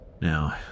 Now